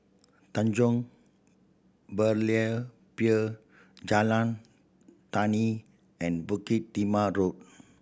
Tanjong Berlayer Pier Jalan Tani and Bukit Timah Road